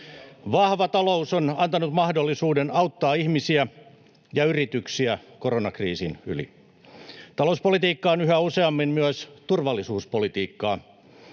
Vahva talous on antanut mahdollisuuden auttaa ihmisiä ja yrityksiä koronakriisin yli. Talouspolitiikka on yhä useammin myös turvallisuuspolitiikkaa.